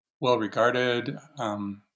well-regarded